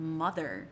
mother